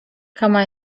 kama